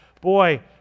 boy